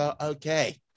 okay